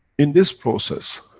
in this process,